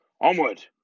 Onward